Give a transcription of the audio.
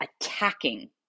attacking